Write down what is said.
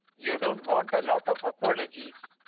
you don't want a lot of apologies.